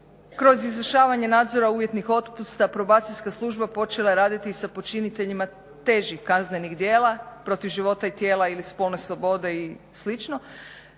Kroz izvršavanje nadzora uvjetnih otpusta probacijska služba počela je raditi sa počiniteljima težih kaznenih djela protiv života i tijela ili spolne slobode i